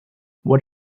what